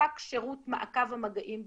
כספק שירות מעקב המגעים בישראל,